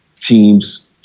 teams